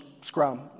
Scrum